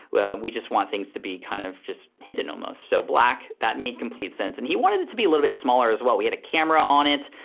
we just want things to be kind of just hidden almost. so black, that made complete sense. and he wanted it to be a little bit smaller as well. we had a camera on it.